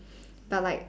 but like